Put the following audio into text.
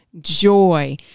joy